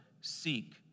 seek